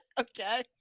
okay